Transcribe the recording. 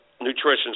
nutrition